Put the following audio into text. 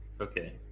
okay